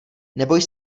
neboj